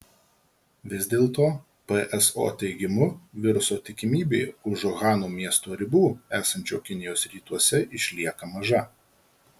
vis dėl to pso teigimu viruso tikimybė už uhano miesto ribų esančio kinijos rytuose išlieka maža